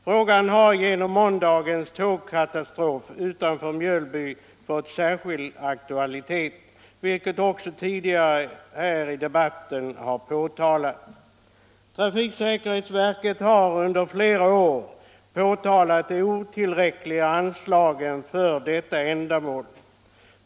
Frågan har genom måndagens tågkatastrof utanför Mjölby fått särskild aktualitet, vilket också har sagts tidigare här i debatten. Trafiksäkerhetsverket har under flera år påtalat de otillräckliga anslagen för detta ändamål.